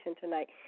tonight